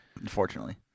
unfortunately